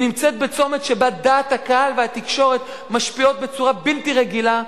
היא נמצאת בצומת שבו דעת הקהל והתקשורת משפיעים בצורה בלתי רגילה,